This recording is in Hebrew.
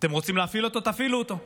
אתם רוצים להפעיל אותו, תפעילו אותו,